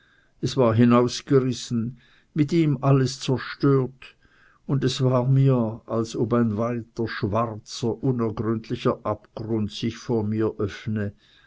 es war hinausgerissen mit ihm alles zerstört es war mir als ob ein weiter schwarzer unergründlicher abgrund sich vor mir öffne